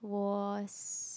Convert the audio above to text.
was